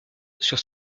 sur